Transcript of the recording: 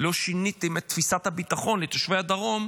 לא שיניתם את תפיסת הביטחון לתושבי הדרום,